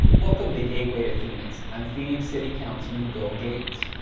welcome to gateway to phoenix. i'm phoenix city councilman bill gates.